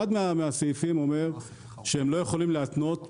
אחד מהסעיפים אומר שהם לא יכולים להתנות,